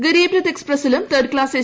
Garib Rath എക്സ്പ്രസ്സിലും third class A